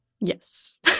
yes